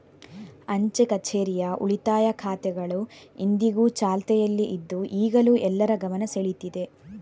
ಅಂಚೆ ಕಛೇರಿಯ ಉಳಿತಾಯ ಖಾತೆಗಳು ಇಂದಿಗೂ ಚಾಲ್ತಿಯಲ್ಲಿ ಇದ್ದು ಈಗಲೂ ಎಲ್ಲರ ಗಮನ ಸೆಳೀತಿದೆ